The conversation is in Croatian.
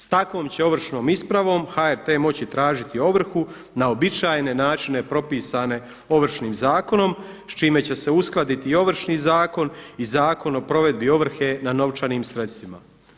S takvom će ovršnom ispravom HRT moći tražiti ovrhu na uobičajene načine propisane Ovršnim zakonom s čime će se uskladiti i Ovršni zakon i Zakon o provedbi ovrhe na novčanim sredstvima.